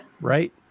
Right